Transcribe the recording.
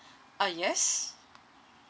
ah yes